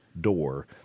door